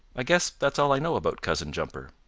i guess that's all i know about cousin jumper.